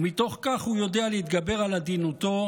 ומתוך כך הוא יודע להתגבר על עדינותו,